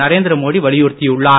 நரேந்திர மோடி வலியுறுத்தியுள்ளார்